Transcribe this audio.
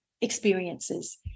experiences